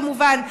כמובן,